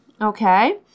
Okay